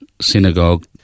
synagogue